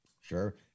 Sure